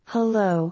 Hello